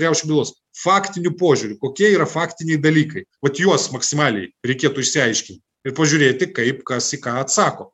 riaušių bylos faktiniu požiūriu kokie yra faktiniai dalykai vat juos maksimaliai reikėtų išsiaiškint ir pažiūrėti kaip kas į ką atsako